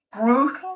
brutal